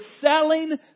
selling